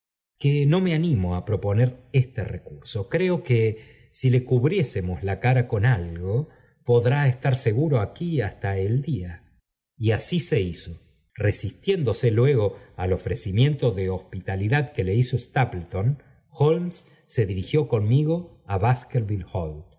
que no me animo á proponer este recurso creo que si le cubriésemos a cara con algo podrá estar seguro aquí hasta el lía y aei se hizo resistiéndose luego al ofrecimiento de hospitalidad que le hizo stapleton holmes se dirigió conmigo á